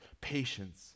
patience